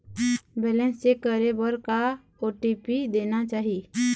Balance check करे बर का ओ.टी.पी देना चाही?